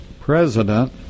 president